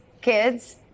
kids